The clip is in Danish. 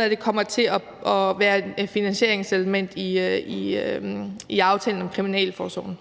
af det kommer til at være et finansieringselement i aftalen omkring kriminalforsorgen.